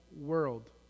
world